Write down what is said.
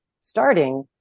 starting